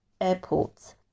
airports